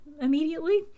immediately